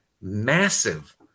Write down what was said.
massive